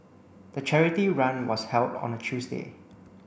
the charity run was held on a Tuesday